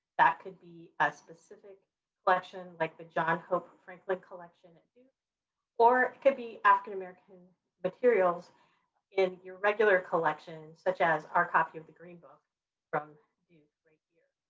that could be a specific collection like the john hope franklin collection and or it could be african-american materials in your regular collection such as our copy of the green book from duke right here.